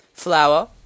Flour